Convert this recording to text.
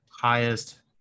highest